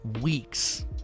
weeks